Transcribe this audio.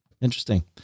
Interesting